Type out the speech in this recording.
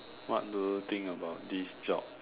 what do you think about this job